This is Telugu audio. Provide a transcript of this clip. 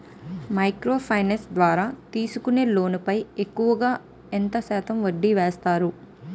మైక్రో ఫైనాన్స్ ద్వారా తీసుకునే లోన్ పై ఎక్కువుగా ఎంత శాతం వడ్డీ వేస్తారు?